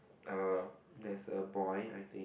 uh that's a boy I think